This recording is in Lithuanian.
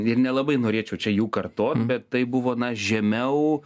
ir nelabai norėčiau čia jų kartot bet tai buvo na žemiau